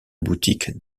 boutique